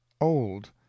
old